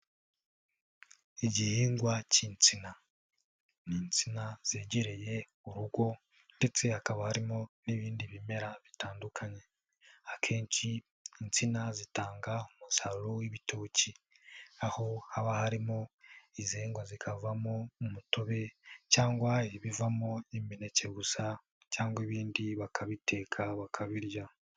Igihingwa cy'insina. Ni insina zegereye urugo ndetse hakaba harimo n'ibindi bimera bitandukanye. Akenshi insina zitanga umusaruro w'ibitoki, aho haba harimo izengwa zikavamo umutobe cyangwa ibivamo imineke gusa cyangwa ibindi bakabiteka bakabirya.